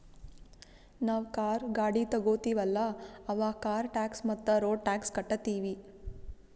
ನಾವ್ ಕಾರ್, ಗಾಡಿ ತೊಗೋತೀವಲ್ಲ, ಅವಾಗ್ ಕಾರ್ ಟ್ಯಾಕ್ಸ್ ಮತ್ತ ರೋಡ್ ಟ್ಯಾಕ್ಸ್ ಕಟ್ಟತೀವಿ